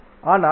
ஆனால் பவர்